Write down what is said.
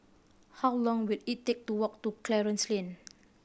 how long will it take to walk to Clarence Lane